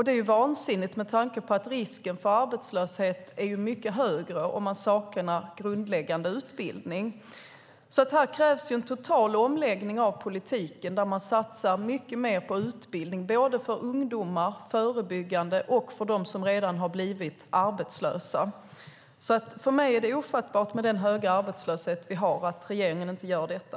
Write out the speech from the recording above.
Det är vansinnigt, med tanke på att risken för arbetslöshet är mycket högre om man saknar grundläggande utbildning. Här krävs en total omläggning av politiken. Man måste satsa mycket mer på utbildning, både förebyggande för ungdomar och för dem som redan har blivit arbetslösa. Med den höga arbetslöshet vi har är det ofattbart att regeringen inte gör detta.